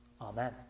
Amen